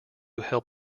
help